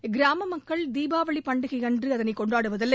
இக்கிராம மக்கள் தீபாவளி பண்டிகையன்று அதனை கொண்டாடுவதில்லை